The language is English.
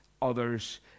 Others